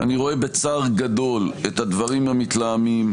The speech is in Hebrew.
אני רואה בצער גדול את הדברים המתלהמים,